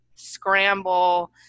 scramble